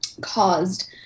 caused